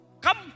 Come